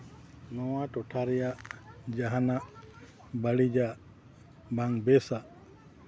ᱱᱚᱣᱟ ᱴᱚᱴᱷᱟ ᱨᱮᱭᱟᱜ ᱡᱟᱦᱟᱱᱟᱜ ᱵᱟᱹᱲᱤᱡᱟᱜ ᱵᱟᱝ ᱵᱮᱥᱟᱜ